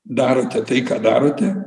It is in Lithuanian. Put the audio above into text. darote tai ką darote